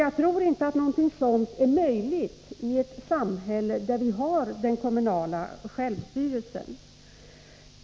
Jag tror inte att det är möjligt i ett samhälle där vi har den kommunala självstyrelsen.